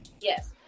Yes